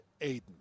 Aiden